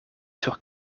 sur